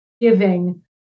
giving